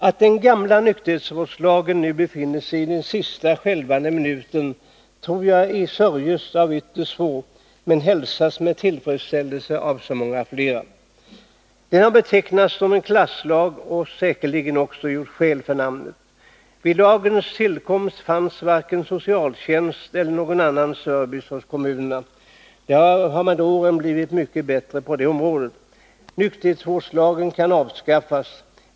Att den gamla nykterhetsvårdslagen nu befinner sig i den sista skälvande minuten tror jag sörjs av ytterst få men hälsas med tillfredsställelse av så många flera. Den har betecknats som en klasslag och säkerligen också gjort skäl för det namnet. Vid lagens tillkomst fanns varken socialtjänst eller någon annan service från kommunerna. Det har med åren blivit mycket bättre på det området. Nykterhetsvårdslagen kan således avskaffas.